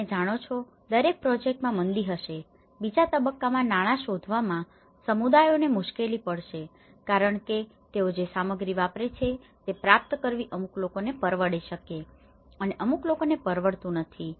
તમે જાણો છો દરેક પ્રોજેકટમાં મંદી હશે બીજા તબક્કામાં નાણા શોધવામાં સમુદાયોને મુશ્કેલી પડશે કારણ કે તેઓ જે સામગ્રી વાપરે છે તે પ્રાપ્ત કરવી અમુક લોકોને પરવડે શકે અને અમુક લોકોને પરવડતુ નથી